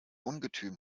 ungetüm